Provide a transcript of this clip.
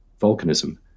volcanism